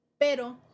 Pero